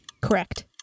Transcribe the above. correct